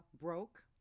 broke